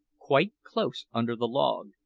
quite close under the log,